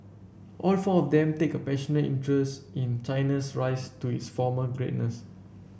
all four of them take a passionate interest in China's rise to its former greatness